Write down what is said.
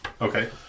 Okay